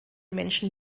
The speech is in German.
menschen